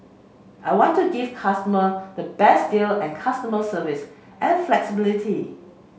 I want to give consumers the best deal and customer service and flexibility